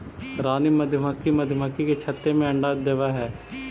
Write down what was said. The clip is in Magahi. रानी मधुमक्खी मधुमक्खी के छत्ते में अंडा देवअ हई